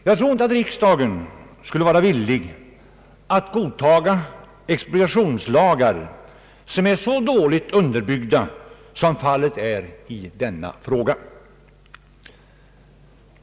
Jag tror inte att riksdagen skulle vara villig att godtaga expropriationslagar som är så dåligt underbyggda som det föreliggande förslaget.